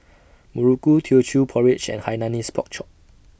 Muruku Teochew Porridge and Hainanese Pork Chop